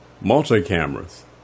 Multi-cameras